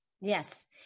Yes